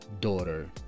daughter